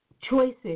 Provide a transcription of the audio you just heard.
choices